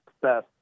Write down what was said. success